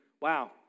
wow